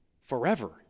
forever